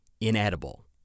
inedible